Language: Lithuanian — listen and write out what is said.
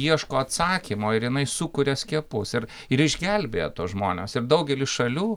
ieško atsakymo ir jinai sukuria skiepus ir ir išgelbėja tuos žmones ir daugelis šalių